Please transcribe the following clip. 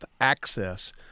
access